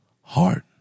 heart